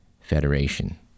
Federation